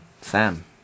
Sam